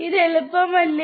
ഇത് എളുപ്പമല്ലേ